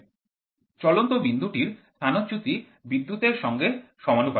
চলন্ত বিন্দুটির স্থানচ্যুতি বিদ্যুৎ এর সঙ্গে সমানুপাত